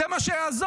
זה מה שיעזור.